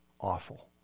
awful